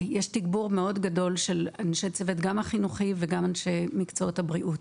יש תגבור מאוד גדול של אנשי צוות חינוכיים ואנשי מקצועות הבריאות.